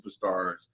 superstars